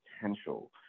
potential